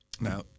now